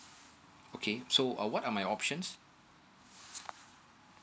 okay so uh what are my options